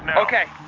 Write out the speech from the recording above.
and okay,